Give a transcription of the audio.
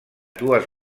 dues